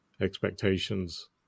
expectations